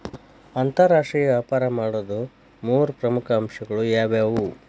ಅಂತರಾಷ್ಟ್ರೇಯ ವ್ಯಾಪಾರ ಮಾಡೋದ್ ಮೂರ್ ಪ್ರಮುಖ ಅಂಶಗಳು ಯಾವ್ಯಾವು?